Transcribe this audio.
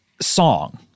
song